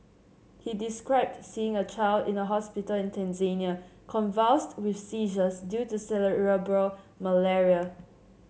he described seeing a child in a hospital in Tanzania convulsed with seizures due to cerebral malaria